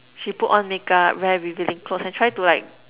she put on make-up wear revealing clothes and try to like